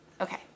okay